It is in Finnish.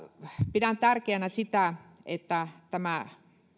pidän tärkeänä sitä että tämä